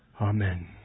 Amen